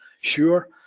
Sure